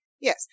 Yes